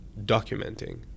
documenting